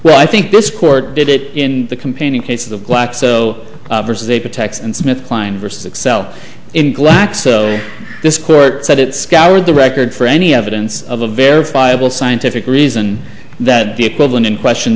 well i think this court did it in the complaint case of glaxo versus a protects and smith kline versus excel in glaxo this court said it scoured the record for any evidence of a verifiable scientific reason that the equivalent in question